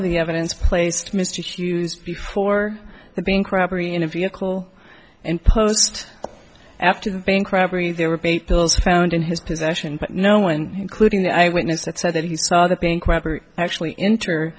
of the evidence placed mr hughes before the bank robbery in a vehicle in post after the bank robbery there were paid bills found in his possession but no one including the eyewitness that said that he saw the bank robber actually enter